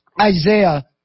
Isaiah